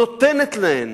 נותנת להן